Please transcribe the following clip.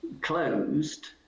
closed